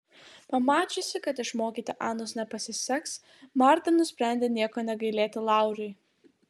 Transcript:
pamačiusi kad išmokyti anos nepasiseks marta nusprendė nieko negailėti lauriui